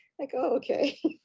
like, oh, okay.